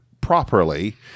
properly